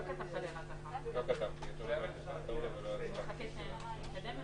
אותי לפני ההתייעצות הסיעתית נוכח חוק הסמכויות,